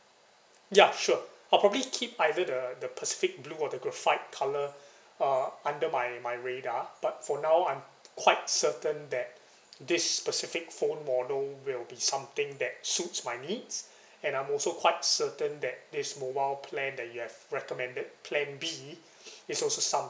ya sure I'll probably keep either the the pacific blue or the graphite colour uh under my my radar but for now I'm quite certain that this specific phone model will be something that suits my needs and I'm also quite certain that this mobile plan that you have recommended plan B is also some~